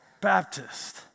Baptist